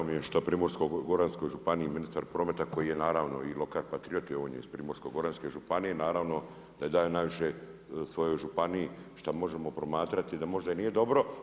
Drago mi je što Primorsko-goranskoj županiji ministar prometa koji je naravno i lokal patriot jer on je iz Primorsko-goranske županije naravno da daje najviše svojoj županiji što možemo promatrati da možda i nije dobro.